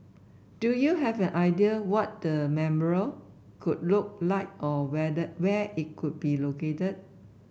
do you have an idea what the memorial could look like or where the where it could be located